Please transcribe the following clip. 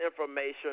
information